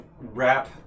wrap